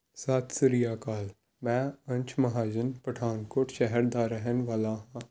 ਸਤਿ ਸ੍ਰੀ ਅਕਾਲ ਮੈਂ ਅੰਸ਼ ਮਹਾਜਨ ਪਠਾਨਕੋਟ ਸ਼ਹਿਰ ਦਾ ਰਹਿਣ ਵਾਲਾ ਹਾਂ